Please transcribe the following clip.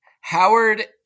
Howard